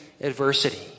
adversity